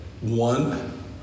one